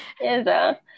Yes